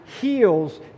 heals